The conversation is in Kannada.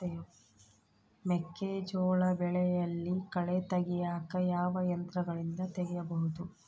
ಮೆಕ್ಕೆಜೋಳ ಬೆಳೆಯಲ್ಲಿ ಕಳೆ ತೆಗಿಯಾಕ ಯಾವ ಯಂತ್ರಗಳಿಂದ ತೆಗಿಬಹುದು?